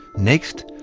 next,